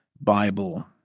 Bible